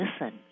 listen